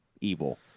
evil